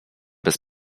bez